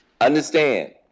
Understand